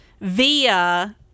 via